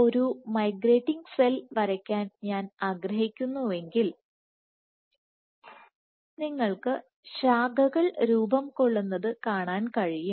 ഒരു migrating cell വരയ്ക്കാൻ ഞാൻ ആഗ്രഹിക്കുന്നുവെങ്കിൽ നിങ്ങൾക്ക് ശാഖകൾരൂപം കൊള്ളുന്നത് കാണാൻ കഴിയും